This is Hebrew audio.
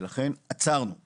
ולכן עצרנו ליום,